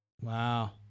Wow